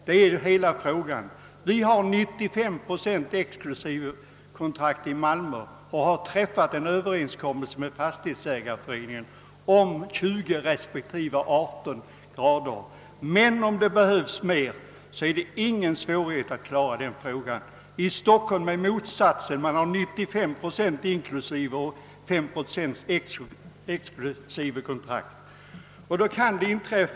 Vi har i Malmö 95 procent exklusivekontrakt och har träffat överenskommelse med Fastighetsägareföreningen om 20 respektive 18 grader i lägenheterna, men om det behövs mer så är det ingen svårighet att ordna det. I Stockholm är förhållandet det motsatta; 95 procent av kontrakten är inklusive kontrakt och 5 procent exklusivekontrakt.